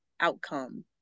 outcome